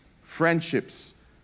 friendships